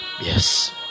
yes